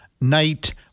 night